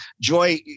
Joy